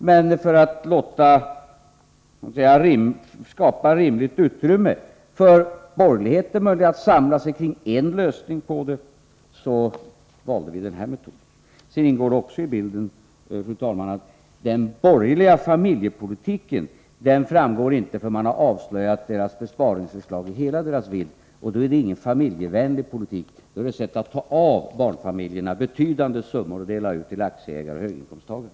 Men för att skapa rimligt utrymme för borgerligheten att samla sig kring en lösning på detta valde vi den här metoden. Det ingår också i bilden, fru talman, att den borgerliga familjepolitiken inte framgår förrän man har avslöjat de borgerligas besparingsförslag i hela deras vidd. Då är det inte fråga om någon familjevänlig politik, utan då är det fråga om ett sätt att ta av barnfamiljerna betydande summor och dela ut till aktieägare och höginkomsttagare.